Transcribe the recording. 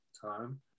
time